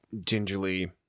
gingerly